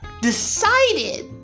decided